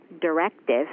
directive